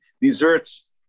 desserts